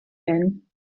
hyn